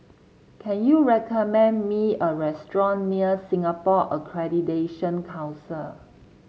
can you recommend me a restaurant near Singapore Accreditation Council